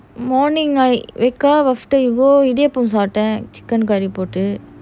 morning I wake up after you go idiyappam சப்தான்:idiyaapam saptan chicken curry போட்டு:potu